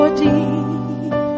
deep